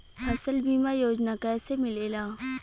फसल बीमा योजना कैसे मिलेला?